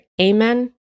Amen